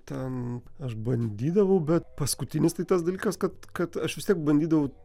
ten aš bandydavau bet paskutinis tai tas dalykas kad kad aš vis tiek bandydavau